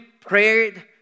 prayed